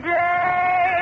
day